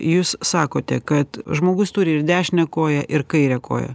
jūs sakote kad žmogus turi ir dešinę koją ir kairę koją